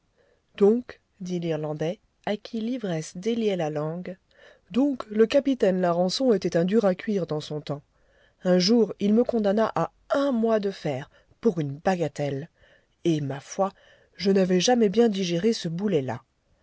donc dit l'irlandais à qui l'ivresse déliait la langue donc le capitaine larençon était un dur à cuire dans son temps un jour il me condamna à un mois de fer pour une bagatelle et ma foi je n'avais jamais bien digéré ce boulet là